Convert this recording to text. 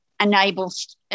enables